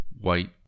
white